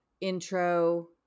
intro